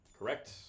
Correct